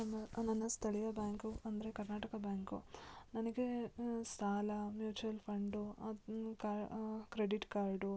ನನ್ನ ನನ್ನ ಸ್ಥಳೀಯ ಬ್ಯಾಂಕು ಅಂದರೆ ಕರ್ನಾಟಕ ಬ್ಯಾಂಕು ನನಗೆ ಸಾಲ ಮ್ಯೂಚ್ವಲ್ ಫಂಡು ಅದು ಕಾ ಕ್ರೆಡಿಟ್ ಕಾರ್ಡು